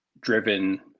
driven